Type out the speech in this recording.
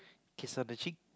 kiss her the cheek